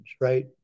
right